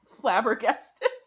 flabbergasted